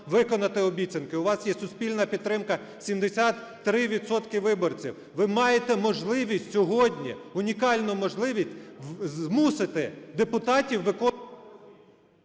Ви маєте можливість сьогодні, унікальну можливість змусити депутатів виконувати…